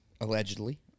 allegedly